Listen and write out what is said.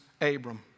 Abram